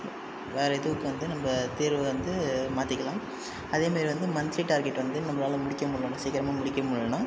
வேற இதுக்கு வந்து நம்ம தீர்வை வந்து மாத்திக்கலாம் அதே மாதிரி வந்து மந்த்லி டார்கெட் வந்து நம்மளால முடிக்கமுடில்லனா சீக்கிரமா முடிக்க முடில்லனா